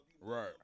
Right